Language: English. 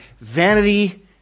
Vanity